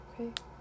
okay